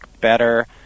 better